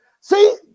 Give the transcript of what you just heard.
See